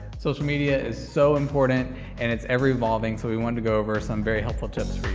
social media is so important and it's ever-evolving, so we wanted to go over some very helpful tips